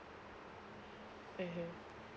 mmhmm